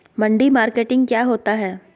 मंडी मार्केटिंग क्या होता है?